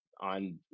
on